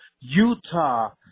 Utah